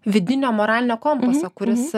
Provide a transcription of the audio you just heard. vidinio moralinio kompaso kuris